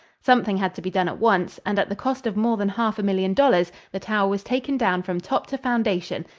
something had to be done at once, and at the cost of more than half a million dollars the tower was taken down from top to foundation,